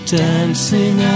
dancing